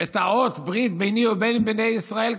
את אות הברית ביני ובין בני ישראל,